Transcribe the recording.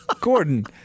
Gordon